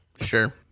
Sure